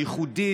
הייחודי,